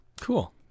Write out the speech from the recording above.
Cool